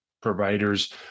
providers